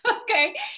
Okay